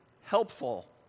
helpful